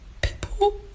people